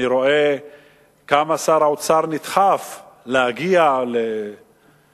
אני רואה כמה שר האוצר נדחף להגיע לפרס